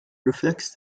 reflects